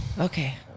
Okay